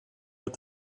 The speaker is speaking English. let